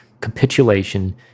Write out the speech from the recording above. capitulation